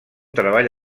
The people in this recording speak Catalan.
treball